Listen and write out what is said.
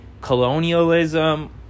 colonialism